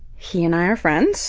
he and i are friends